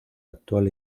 actual